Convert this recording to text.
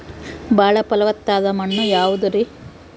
ಬಾಳ ಫಲವತ್ತಾದ ಮಣ್ಣು ಯಾವುದರಿ?